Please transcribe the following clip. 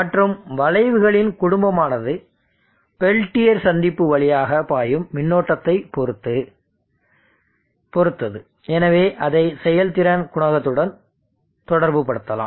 மற்றும் வளைவுகளின் குடும்பமானது பெல்டியர் சந்திப்பு வழியாக பாயும் மின்னோட்டத்தைப் பொறுத்து எனவே அதை செயல்திறன் குணகத்துடன் தொடர்புபடுத்தலாம்